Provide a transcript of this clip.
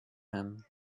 him